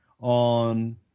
on